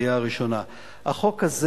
קריאה ראשונה כמובן.